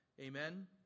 Amen